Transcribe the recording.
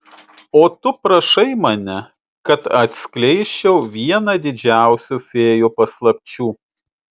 o tu prašai mane kad atskleisčiau vieną didžiausių fėjų paslapčių